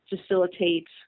facilitate